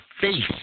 face